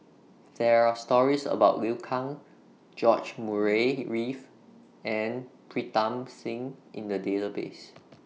There Are stories about Liu Kang George Murray Reith and Pritam Singh in The Database